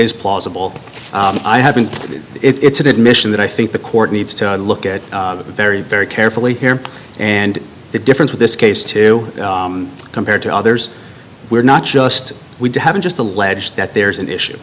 is plausible i haven't it's an admission that i think the court needs to look at very very carefully here and the difference with this case to compare to others we're not just we haven't just alleged that there's an issue